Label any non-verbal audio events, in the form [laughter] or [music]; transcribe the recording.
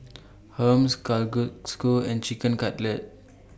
[noise] Hummus Kalguksu and Chicken Cutlet